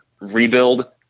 rebuild